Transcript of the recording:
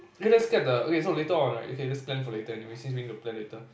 eh let's get the okay so later on right okay let's plan for later anyway since we need to plan later